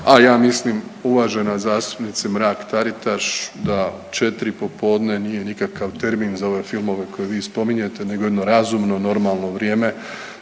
A ja mislim uvažena zastupnice Mrak Taritaš da četri popodne nije nikakav termin za ove filmove koje vi spominjete nego jedno razumno, normalno vrijeme